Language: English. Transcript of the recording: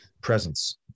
presence